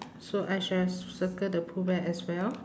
so I should have circled the pooh bear as well